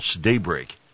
Daybreak